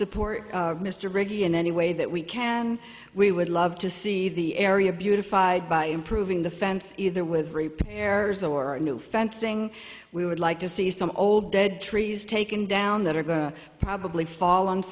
support mr brady in any way that we can we would love to see the area beautified by improving the fence either with repairs or a new fencing we would like to see some old dead trees taken down that are going to probably fall on